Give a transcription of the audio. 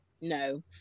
No